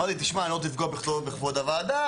אמרת תשמע, אני לא רוצה לפגוע בכבוד הוועדה.